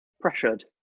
pressured